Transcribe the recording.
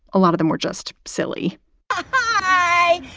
a lot of them were just silly hi,